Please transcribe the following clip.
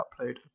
upload